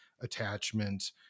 attachment